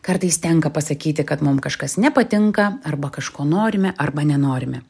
kartais tenka pasakyti kad mum kažkas nepatinka arba kažko norime arba nenorime